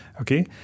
okay